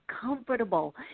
comfortable